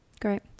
great